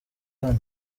hano